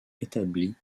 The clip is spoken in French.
établies